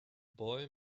boy